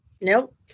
Nope